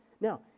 Now